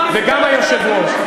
וגם היושב-ראש.